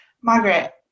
margaret